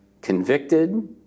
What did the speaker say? convicted